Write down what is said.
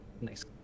nice